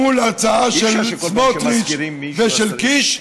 מול ההצעה של סמוטריץ ושל קיש.